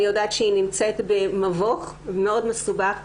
אני יודעת שהיא נמצאת במבוך מאוד מסובך.